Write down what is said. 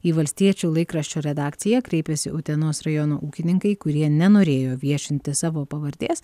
į valstiečių laikraščio redakciją kreipėsi utenos rajono ūkininkai kurie nenorėjo viešinti savo pavardės